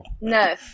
No